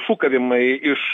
šūkavimai iš